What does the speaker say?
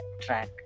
track